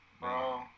Bro